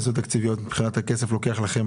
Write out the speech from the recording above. בגלל משך הזמן הארוך שלוקח לקדם